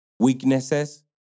Weaknesses